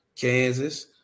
Kansas